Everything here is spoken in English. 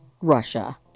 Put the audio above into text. Russia